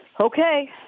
Okay